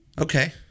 Okay